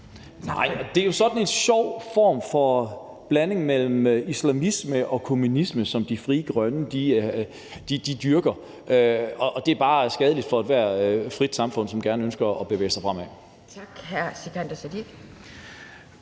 (NB): Det er jo sådan en sjov form for blanding mellem islamisme og kommunisme, som Frie Grønne dyrker. Og det er bare skadeligt for ethvert frit samfund, som gerne ønsker at bevæge sig fremad.